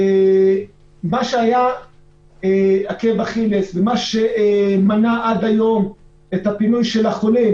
מה שהיה עקב אכילס ומנע עד היום את הפינוי של החולים